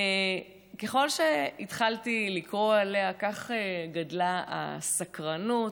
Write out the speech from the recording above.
ככל שהתחלתי לקרוא עליה כך גדלה הסקרנות,